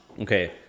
okay